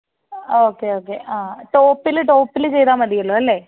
okay okay അ ടോപ്പിൽ ടോപ്പിൽ ചെയ്താൽ മതിയല്ലോ അല്ലേ